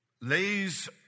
lays